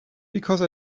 because